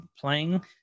playing